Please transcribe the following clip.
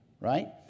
right